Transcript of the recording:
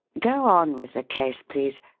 go on with the case, please.